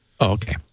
okay